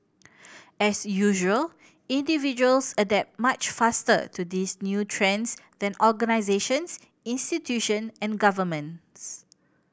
as usual individuals adapt much faster to these new trends than organisations institution and governments